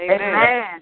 Amen